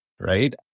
right